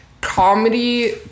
comedy